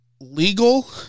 legal